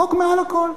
החוק מעל הכול.